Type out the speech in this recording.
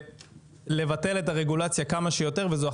וזו אחת הדרכים הטובות ביותר לעשות את זה.